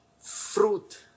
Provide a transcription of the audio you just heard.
fruit